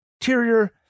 interior